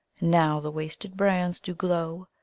now the wasted brands do glow,